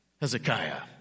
Hezekiah